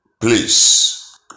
please